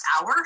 hour